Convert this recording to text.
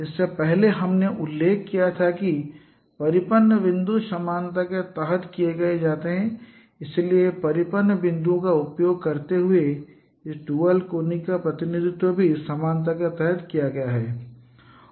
इससे पहले हमने उल्लेख किया था कि परिपत्र बिंदु समानता के तहत तय किए जाते हैं इसलिए परिपत्र बिंदुओं का उपयोग करते हुए इस ड्यूल कोनिक का प्रतिनिधित्व भी समानता के तहत तय किया गया है